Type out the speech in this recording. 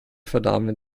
vernahmen